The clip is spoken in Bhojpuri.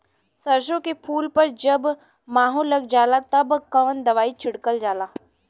सरसो के फूल पर जब माहो लग जाला तब कवन दवाई छिड़कल जाला?